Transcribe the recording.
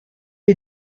est